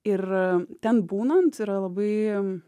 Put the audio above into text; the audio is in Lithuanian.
ir ten būnant yra labai